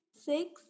Six